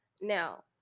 Now